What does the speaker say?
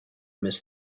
miss